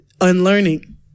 Unlearning